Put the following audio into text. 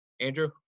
Andrew